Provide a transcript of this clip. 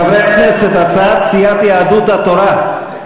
חברי הכנסת, הצעת סיעת יהדות התורה.